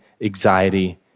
anxiety